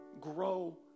grow